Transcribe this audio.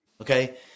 Okay